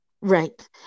Right